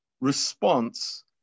response